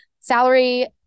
salary